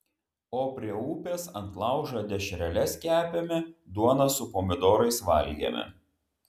o prie upės ant laužo dešreles kepėme duoną su pomidorais valgėme